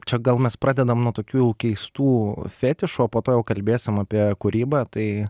čia gal mes pradedam nuo tokių jau keistų fetišų o po to jau kalbėsim apie kūrybą tai